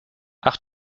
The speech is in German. ach